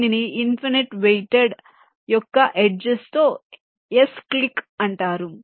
దీనిని infinite weighted యొక్క edges తో s క్లిక్యూ అంటారు